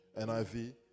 NIV